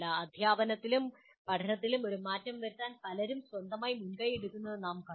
അധ്യാപനത്തിലും പഠനത്തിലും ഒരു മാറ്റം വരുത്താൻ പലരും സ്വന്തമായി മുൻകൈയെടുക്കുന്നത് നാം കണ്ടു